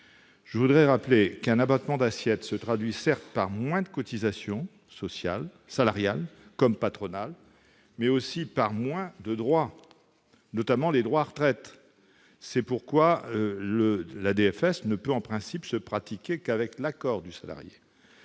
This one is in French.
l'avouer, pas garantie. Un abattement d'assiette se traduit, certes, par moins de cotisations sociales, salariales comme patronales, mais aussi par moins de droits, notamment de droits à retraite. C'est d'ailleurs pourquoi la DFS ne peut en principe se pratiquer qu'avec l'accord du salarié.